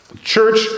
Church